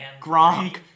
Gronk